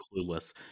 Clueless